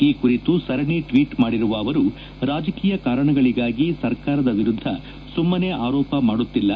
ಈ ಕುರಿತು ಸರಣಿ ಟ್ವೀಟ್ ಮಾಡಿರುವ ಅವರು ರಾಜಕೀಯ ಕಾರಣಗಳಿಗಾಗಿ ಸರ್ಕಾರದ ವಿರುದ್ದ ಸುಮ್ನೆ ಆರೋಪ ಮಾಡುತ್ತಿಲ್ಲ